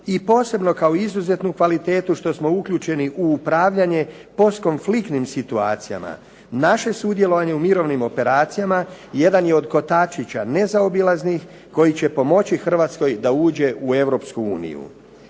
i posebno kao izuzetnu kvalitetu što smo uključeni u upravljanje postkonfliktnim situacijama. Naše sudjelovanje u mirovnim operacijama jedan je od kotačića nezaobilaznih koji će pomoći Hrvatskoj da uđe u Europsku uniju.